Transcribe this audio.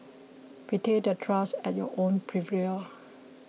betray that trust at your own peril